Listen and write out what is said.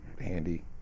handy